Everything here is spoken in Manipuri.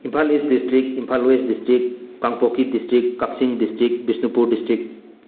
Imphal east district Imphal west district Kangpokpi district Kakching district Bishnupur district